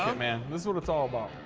man. this is what it's all about.